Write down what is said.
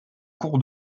cours